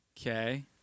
Okay